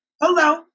hello